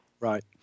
Right